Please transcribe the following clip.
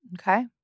Okay